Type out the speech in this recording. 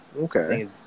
okay